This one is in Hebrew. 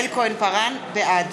בעד